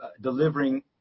delivering